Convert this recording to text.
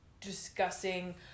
discussing